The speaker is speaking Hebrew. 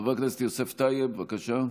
חבר הכנסת יוסף טייב, בבקשה.